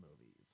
movies